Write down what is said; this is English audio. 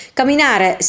camminare